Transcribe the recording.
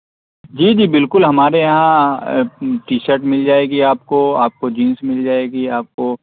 جی جی بالکل ہمارے یہاں ٹی شرٹ مل جائے گی آپ کو آپ کو جینس مل جائے گی آپ کو